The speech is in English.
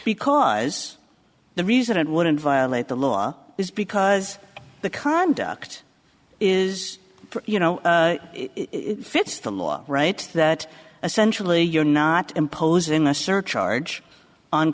because the reason it wouldn't violate the law is because the conduct is you know fits the law right that essentially you're not imposing a surcharge on